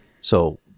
So-